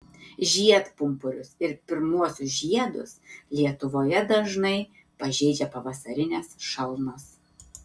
žiedpumpurius ir pirmuosius žiedus lietuvoje dažnai pažeidžia pavasarinės šalnos